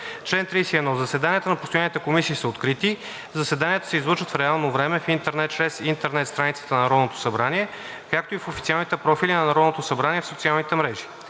„Чл. 31. (1) Заседанията на постоянните комисии са открити. Заседанията се излъчват в реално време в интернет чрез интернет страницата на Народното събрание, както и в официалните профили на Народното събрание в социалните мрежи.